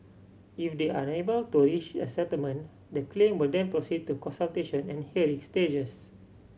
if they are unable to reach a settlement the claim will then proceed to consultation and hearing stages